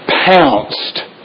pounced